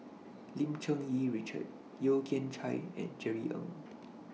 Lim Cherng Yih Richard Yeo Kian Chye and Jerry Ng